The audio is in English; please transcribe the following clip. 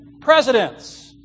Presidents